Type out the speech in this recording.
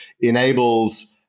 enables